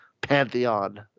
pantheon